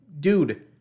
Dude